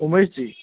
Umesh ji